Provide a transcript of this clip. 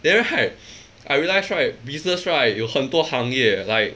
then right I relax right business right 有很多行业 eh like